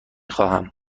خواهم